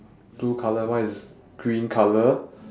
blue colour mine is green colour